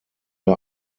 der